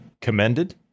Commended